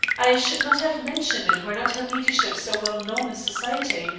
i should not have mentioned it were not her ladyship so well known in society,